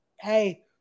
Hey